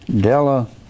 Della